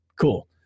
Cool